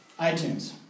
iTunes